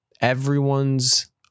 everyone's